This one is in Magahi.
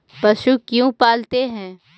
पशु क्यों पालते हैं?